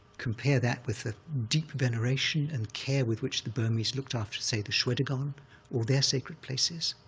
compare that with the deep veneration and care with which the burmese looked after, say, the shwedagon or their sacred places,